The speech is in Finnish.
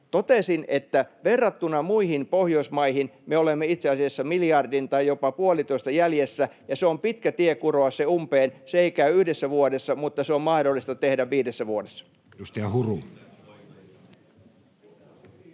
Totesin, että verrattuna muihin Pohjoismaihin me olemme itse asiassa miljardin tai jopa puolitoista jäljessä, ja se on pitkä tie kuroa se umpeen. Se ei käy yhdessä vuodessa, mutta se on mahdollista tehdä viidessä vuodessa.